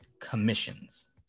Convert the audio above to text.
commissions